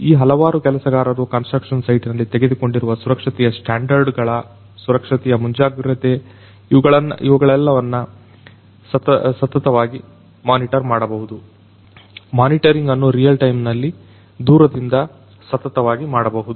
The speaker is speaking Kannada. ಈ ಹಲವಾರು ಕೆಲಸಗಾರರು ಕನ್ಸ್ಟ್ರಕ್ಷನ್ ಸೈಟಿನಲ್ಲಿ ತೆಗೆದುಕೊಂಡಿರುವ ಸುರಕ್ಷತೆಯ ಸ್ಟ್ಯಾಂಡರ್ಡ್ ಗಳ ಸುರಕ್ಷತೆಯ ಮುಂಜಾಗ್ರತೆ ಇವುಗಳೆಲ್ಲವನ್ನು ಸತತವಾಗಿ ಮಾಡಬಹುದು ಮಾನಿಟರಿಂಗ್ ಅನ್ನು ರಿಯಲ್ ಟೈಮಿನಲ್ಲಿ ದೂರದಿಂದ ಸತತವಾಗಿ ಮಾಡಬಹುದು